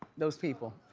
those people.